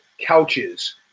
couches